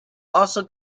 also